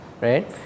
right